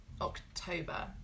October